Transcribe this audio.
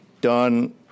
done